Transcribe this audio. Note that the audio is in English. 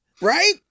right